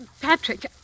Patrick